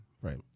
Right